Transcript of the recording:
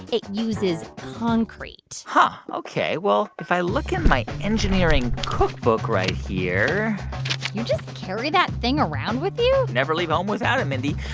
it uses concrete huh, ok, well, if i look in my engineering cookbook right here. do you just carry that thing around with you? never leave home without it, mindy.